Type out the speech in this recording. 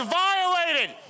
violated